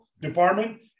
Department